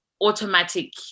automatic